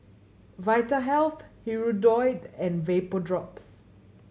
Vitahealth Hirudoid and Vapodrops